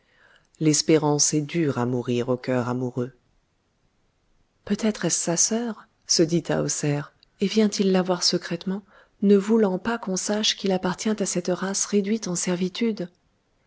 l'espérance est dure à mourir au cœur amoureux peut-être est-ce sa sœur se dit tahoser et vient-il la voir secrètement ne voulant pas qu'on sache qu'il appartient à cette race réduite en servitude